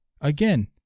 again